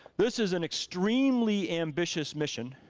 this is an extremely ambitious mission,